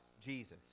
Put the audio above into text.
Jesus